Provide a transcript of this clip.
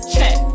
Check